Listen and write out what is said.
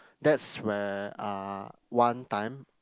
that's where uh one time